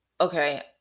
okay